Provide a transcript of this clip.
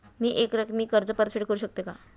मी एकरकमी कर्ज परतफेड करू शकते का?